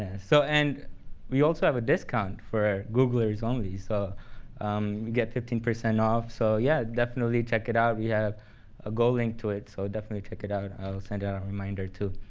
so and we also have a discount for googlers only. so um you get fifteen percent off. so, yeah. definitely check it out. we have a golink to it, so definitely check it out. i will send out a reminder too.